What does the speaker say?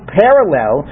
parallel